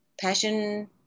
passion